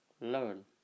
learn